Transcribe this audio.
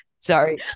Sorry